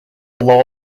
law